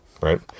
right